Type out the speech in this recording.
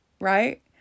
Right